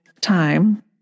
time